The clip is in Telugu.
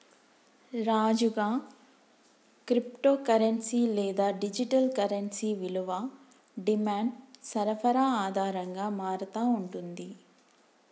రాజుగా, క్రిప్టో కరెన్సీ లేదా డిజిటల్ కరెన్సీ విలువ డిమాండ్ సరఫరా ఆధారంగా మారతా ఉంటుంది